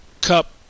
Cup